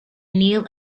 kneel